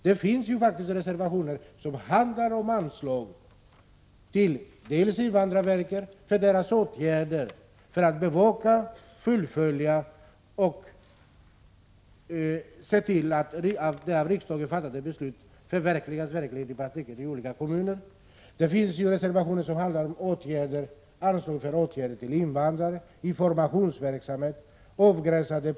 Det finns faktiskt reservationer som handlar om t.ex. anslag till invandrarverket för att man skall kunna bevaka och se till att de av riksdagen fattade besluten i praktiken förverkligas i olika kommuner. Det finns vidare reservationer som handlar om anslag till åtgärder för invandrare och till informationsverksamhet.